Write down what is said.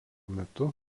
metu